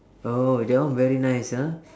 oh that one very nice ah